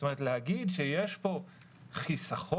כלומר להגיד שיש פה חיסכון?